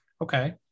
okay